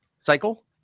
cycle